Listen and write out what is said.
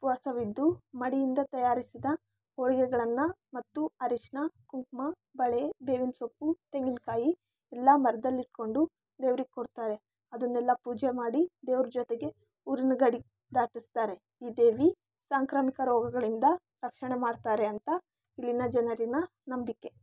ಉಪವಾಸವಿದ್ದು ಮಡಿಯಿಂದ ತಯಾರಿಸಿದ ಹೋಳಿಗೆಗಳನ್ನು ಮತ್ತು ಅರಶಿಣ ಕುಂಕುಮ ಬಳೆ ಬೇವಿನ ಸೊಪ್ಪು ತೆಂಗಿನಕಾಯಿ ಎಲ್ಲ ಮರದಲ್ಲಿ ಇಟ್ಕೊಂಡು ದೇವ್ರಿಗೆ ಕೊಡ್ತಾರೆ ಅದನ್ನೆಲ್ಲ ಪೂಜೆ ಮಾಡಿ ದೇವರು ಜೊತೆಗೆ ಊರಿನ ಗಡಿ ದಾಟಿಸ್ತಾರೆ ಈ ದೇವಿ ಸಾಂಕ್ರಾಮಿಕ ರೋಗಗಳಿಂದ ರಕ್ಷಣೆ ಮಾಡ್ತಾರೆ ಅಂತ ಇಲ್ಲಿನ ಜನರ ನಂಬಿಕೆ